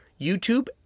YouTube